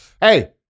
hey